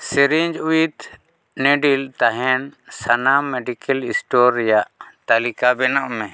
syringe ᱩᱭᱤᱛᱷ ᱱᱤᱰᱚᱞ ᱛᱟᱦᱮᱱ ᱥᱟᱱᱟᱢ ᱢᱮᱰᱤᱠᱮᱞ ᱥᱴᱳᱨ ᱨᱮᱱᱟᱜ ᱛᱟᱞᱤᱠᱟ ᱵᱮᱱᱟᱣ ᱢᱮ